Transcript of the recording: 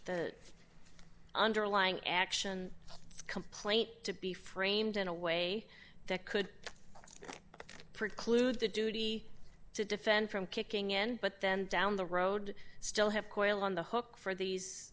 the underlying action complaint to be framed in a way that could preclude the duty to defend from kicking in but then down the road still have coraline the hook for these